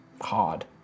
hard